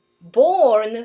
born